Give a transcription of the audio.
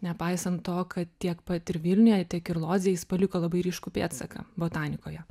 nepaisant to kad tiek pat ir vilniuje tiek ir lodzėj jis paliko labai ryškų pėdsaką botanikoje